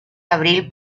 abril